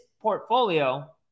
portfolio